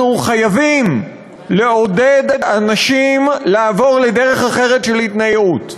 אנחנו חייבים לעודד אנשים לעבור לדרך אחרת של התנייעות.